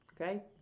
okay